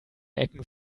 ecken